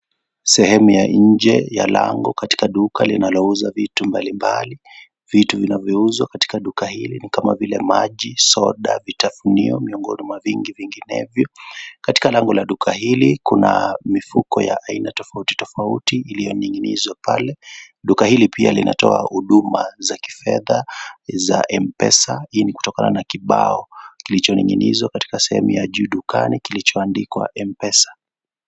Sehemu ya nje ya lango katika duka linalouza vitu mbalimbali vitu vinavyouzwa katika duka hili ni kama vile maji , soda , vitafunio , miongoni mwa vingi vinginevyo . Katika lango la duka hili kuna mifuko ya aina tofauti tofauti iliyoninginizwa pale . Duka hili pia linatoa huduma za kifedha za Mpesa hii ni kutokana na kibao kilichoning'inizwa katika sehemu ya juu dukani kilichoandikwa Mpesa.